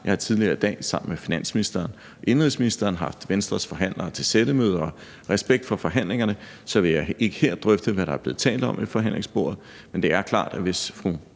Jeg har tidligere i dag sammen med finansministeren og indenrigsministeren haft Venstres forhandlere til sættemøde, og i respekt for forhandlingerne vil jeg ikke her drøfte, hvad der er blevet talt om ved forhandlingsbordet, men det er klart, at hvis fru